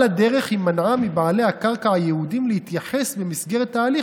על הדרך היא מנעה מבעלי הקרקע היהודים להתייחס במסגרת ההליך